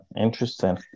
Interesting